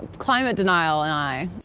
climate denial and i.